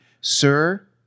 sir